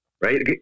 right